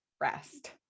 rest